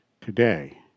Today